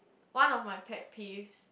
one of my pet peeves